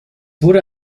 wurde